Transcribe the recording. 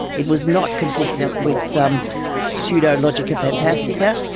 it was not consistent with um pseudologia fantastica,